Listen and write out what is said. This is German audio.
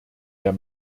der